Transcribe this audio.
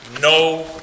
no